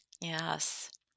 yes